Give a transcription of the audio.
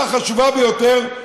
השאלה החשובה ביותר,